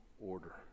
order